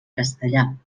castellà